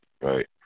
Right